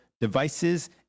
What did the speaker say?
devices